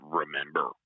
remember